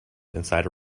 inside